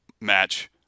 match